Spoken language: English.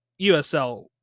USL